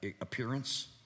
appearance